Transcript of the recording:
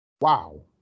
Wow